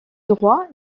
droit